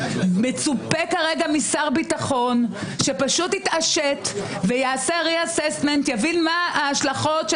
מצופה כרגע משר הביטחון שפשוט יתעשת ויעשה הערכה חדשה,